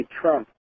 Trump